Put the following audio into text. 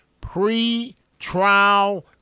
pre-trial